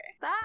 bye